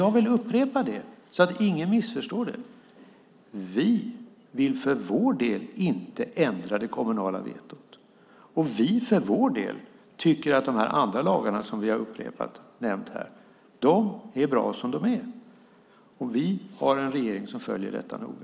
Jag vill upprepa så att ingen missförstår: Vi vill för vår del inte ändra det kommunala vetot. Vi för vår del tycker att de andra lagar som har nämnts här är bra som de är. Vi har en regering som följer detta noga.